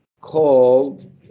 called